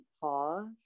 pause